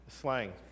Slang